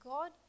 God